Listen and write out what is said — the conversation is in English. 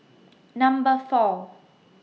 Number four